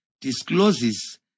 discloses